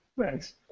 Thanks